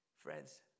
Friends